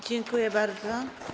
Dziękuję bardzo.